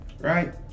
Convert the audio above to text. Right